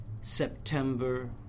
September